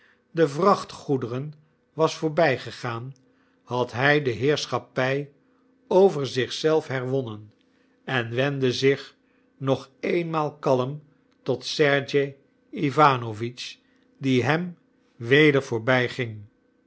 de vrachtgoederen was voorbijgegaan had hij de heerschappij over zich zelf herwonnen en wendde zich nog eenmaal kalm tot sergej iwanowitsch die hem weder